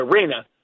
Arena